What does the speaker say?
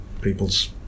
people's